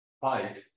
fight